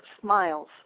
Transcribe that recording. smiles